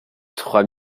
trois